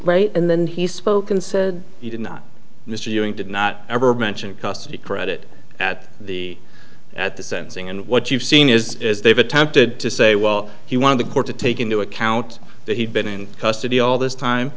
right and then he spoke and said he did not mr ewing did not ever mention custody credit at the at the sentencing and what you've seen is they've attempted to say well he wanted the court to take into account that he'd been in custody all this time